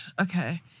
Okay